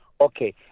Okay